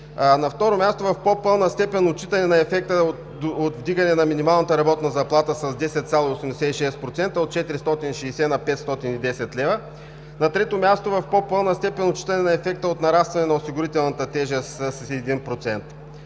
На второ място – в по-пълна степен отчитане на ефекта от вдигане на минималната работна заплата с 10,86%, от 460 лв. на 510 лв. На трето място – в по-пълна степен отчитане на ефекта от нарастване на осигурителната тежест с 1“.